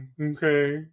Okay